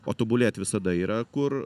o tobulėt visada yra kur